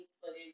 footage